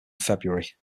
february